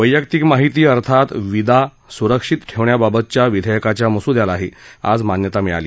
वैयक्तिक माहिती अर्थात विदा स्रक्षित ठेवण्याबाबतच्या विधेयकाच्या मस्द्यालाही आज मान्यता मिळाली